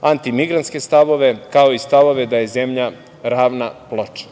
antimigrantske stavove, kao i stavove da je zemlja ravna ploča